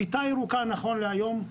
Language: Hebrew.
הכיתה הירוקה נכון להיום,